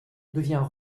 devient